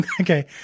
Okay